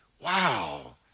wow